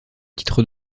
titre